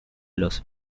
los